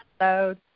episode